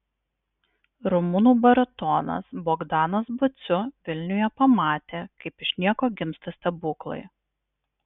rumunų baritonas bogdanas baciu vilniuje pamatė kaip iš nieko gimsta stebuklai